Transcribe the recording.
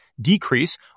decrease